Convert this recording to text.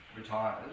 retires